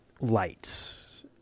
lights